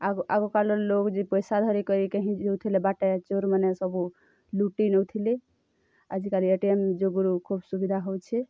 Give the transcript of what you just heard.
ଆଗ୍ ଆଗ୍ କାଲର୍ ଲୋକ୍ ଯେ ପଇସା ଧରି କରି କାହିଁ ଯାଉଥିଲେ ବାଟେ ଚୋର୍ମାନେ ସବୁ ଲୁଟି ନେଉଥିଲେ ଆଜିକାଲି ଏଟିଏମ୍ ଯୋଗୁଁରୁ ଖୋବ୍ ସୁବିଧା ହେଉଛେ